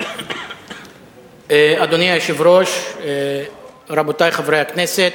אדוני היושב-ראש, רבותי חברי הכנסת,